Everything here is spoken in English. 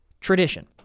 Tradition